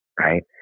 Right